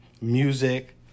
Music